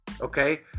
Okay